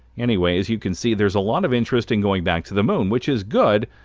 anyway, as you can see, there's a lot of interest in going back to the moon, which is good,